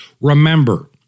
remember